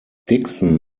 dixon